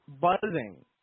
buzzing